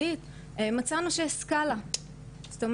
אז מעבר לזה שאנחנו כמובן לא היועצות בחברה הערבית,